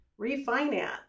refinance